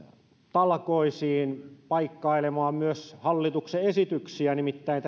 talkoisiin paikkailemaan myös hallituksen esityksiä nimittäin